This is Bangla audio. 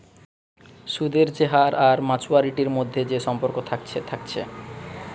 সুদের যে হার আর মাচুয়ারিটির মধ্যে যে সম্পর্ক থাকছে থাকছে